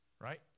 right